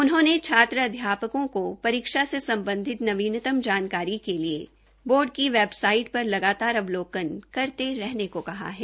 उन्होंने छात्र अध्यापकों को परीक्षा से सम्बन्धित नवीनतम जानकारी के लिए बोर्ड की वैबसाईट पर लगातार अवलोकन करते रहने को कहा है